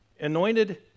anointed